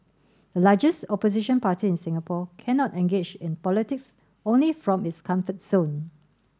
the largest opposition party in Singapore cannot engage in politics only from its comfort zone